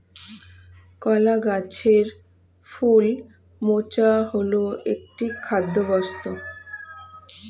কলা গাছের ফুল মোচা হল একটি খাদ্যবস্তু